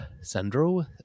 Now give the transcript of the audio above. Sandro